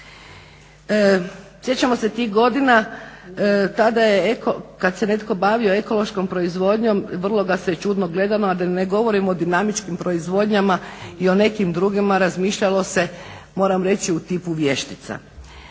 Sjećamo se tih godina tada je kada se netko bavio ekološkom proizvodnjom vrlo ga se čudno gledalo a da ne govorim o dinamičkim proizvodnjama i o nekim drugima. Razmišljalo se moram reći o tipu vještica.